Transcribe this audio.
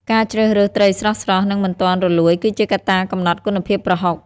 ការជ្រើសរើសត្រីស្រស់ៗ និងមិនទាន់រលួយគឺជាកត្តាកំណត់គុណភាពប្រហុក។